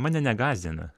mane negąsdina